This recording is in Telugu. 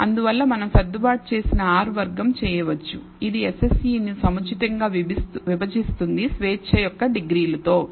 అందువల్ల మనం సర్దుబాటు చేసిన R వర్గం చేయవచ్చు ఇది SSE ను సముచితంగా విభజిస్తుంది స్వేచ్ఛ యొక్క డిగ్రీలు తో